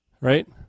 Right